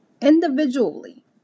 individually